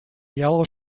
yellow